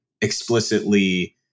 explicitly